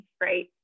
right